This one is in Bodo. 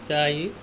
जायो